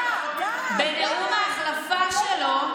בנאום ההחלפה שלו,